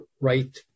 right